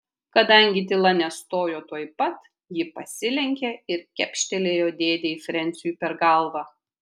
kadangi tyla nestojo tuoj pat ji pasilenkė ir kepštelėjo dėdei frensiui per galvą